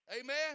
Amen